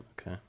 okay